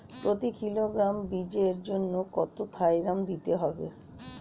প্রতি কিলোগ্রাম বীজের জন্য কত থাইরাম দিতে হবে?